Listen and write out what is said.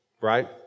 right